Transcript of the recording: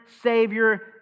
Savior